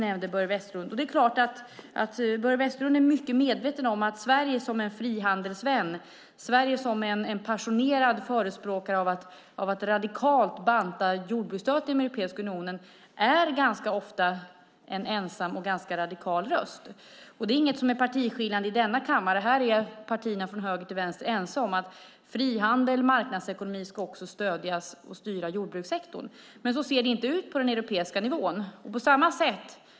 Han är mycket medveten om att Sverige som frihandelsvän och passionerad förespråkare av att radikalt banta jordbruksstödet inom Europeiska unionen ofta är en ensam och ganska radikal röst. I denna kammare är det ingen partiskillnad. Här är partierna från höger till vänster ense om att frihandel och marknadsekonomi också ska stödja och styra jordbrukssektorn. Så ser det dock inte ut på den europeiska nivån.